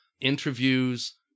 interviews